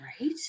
Right